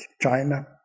China